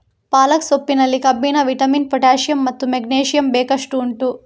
ಪಾಲಕ್ ಸೊಪ್ಪಿನಲ್ಲಿ ಕಬ್ಬಿಣ, vitamin, potassium ಮತ್ತು ಮೆಗ್ನೀಸಿಯಮ್ ಬೇಕಷ್ಟು ಉಂಟು